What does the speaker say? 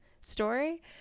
story